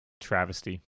travesty